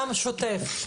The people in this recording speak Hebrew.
גם את השוטף.